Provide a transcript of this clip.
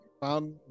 found